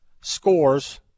scores